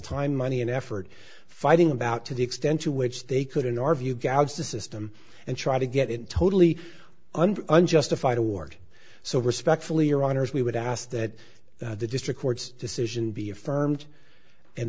time money and effort fighting about to the extent to which they could in our view gabs the system and try to get it totally unjustified award so respectfully your honors we would ask that the district court's decision be affirmed and